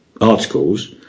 articles